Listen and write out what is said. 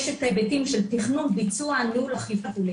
יש את ההיבטים של תכנון, ביצוע, ניהול וכו'.